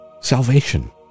salvation